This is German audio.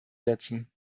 setzen